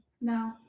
No